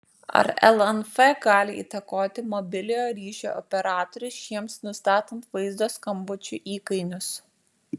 ar lnf gali įtakoti mobiliojo ryšio operatorius šiems nustatant vaizdo skambučių įkainius